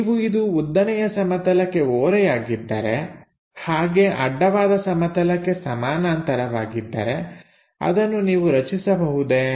ನೀವು ಇದು ಉದ್ದನೆಯ ಸಮತಲಕ್ಕೆ ಓರೆಯಾಗಿದ್ದರೆ ಹಾಗೆ ಅಡ್ಡವಾದ ಸಮತಲಕ್ಕೆ ಸಮಾನಾಂತರವಾಗಿದ್ದರೆ ಅದನ್ನು ನೀವು ರಚಿಸಬಹುದೇ